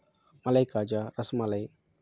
మలైకాజా rasmalai